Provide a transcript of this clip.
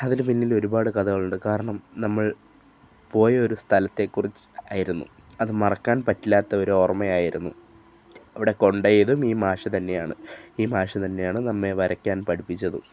അതിന് പിന്നിലൊരുപാട് കഥകളുണ്ട് കാരണം നമ്മൾ പോയ ഒരു സ്ഥലത്തെക്കുറിച്ച് ആയിരുന്നു അതു മറക്കാൻ പറ്റില്ലാത്തൊരോർമ്മയായിരുന്നു അവിടെ കൊണ്ടു പോയതും ഈ മാഷ് തന്നെയാണ് ഈ മാഷ് തന്നെയാണ് നമ്മളെ വരയ്ക്കാൻ പഠിപ്പിച്ചതും